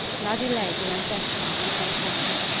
la di lei gentelezza me confonde. the